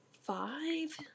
five